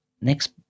next